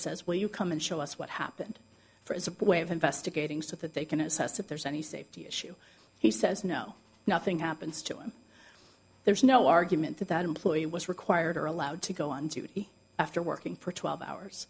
says will you come and show us what happened for as a way of investigating so that they can assess if there's any safety issue he says no nothing happens to him there's no argument that that employee was required or allowed to go on duty after working for twelve hours